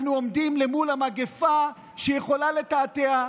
אנחנו עומדים למול המגפה, שיכולה לתעתע.